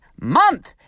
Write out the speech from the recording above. month